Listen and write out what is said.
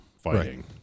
fighting